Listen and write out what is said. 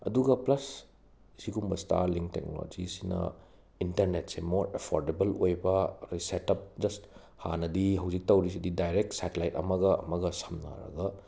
ꯑꯗꯨꯒ ꯄꯂ꯭ꯁ ꯁꯤꯒꯨꯝꯕ ꯁ꯭ꯇꯥꯂꯤꯡ ꯇꯦꯛꯅꯣꯂꯣꯒꯌꯁꯤꯅ ꯏꯟꯇꯔꯅꯦꯠ ꯃꯣꯔ ꯑꯐꯣꯔꯗꯦꯕꯜ ꯑꯣꯏꯕ ꯁꯦꯠ ꯎꯞꯦ ꯍꯥꯟꯅꯗꯤ ꯍꯧꯖꯤꯛ ꯇꯧꯔꯤꯁꯦ ꯗꯥꯏꯔꯦꯛ ꯁꯦꯇꯤꯂꯥꯏꯠ ꯑꯃꯒ ꯑꯃꯒ ꯁꯝꯅꯔꯒ